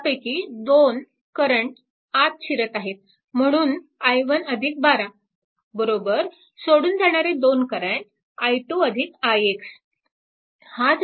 त्यापैकी दोन करंट आत शिरत आहेत म्हणून i1 12 सोडून जाणारे दोन करंट i 2 ix